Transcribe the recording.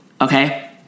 okay